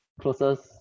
closest